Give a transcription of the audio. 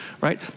right